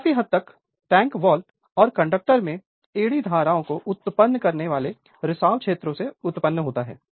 यह काफी हद तक टैंक वॉल और कंडक्टरों में एड़ी धाराओं को उत्पन्न करने वाले रिसाव क्षेत्रों से उत्पन्न होता है